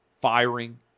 firing